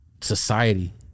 society